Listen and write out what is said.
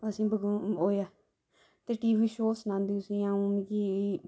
असेंगी ओह् ऐ ते टीवी शौ सनांदे तुसेंगी अ'ऊं मिकी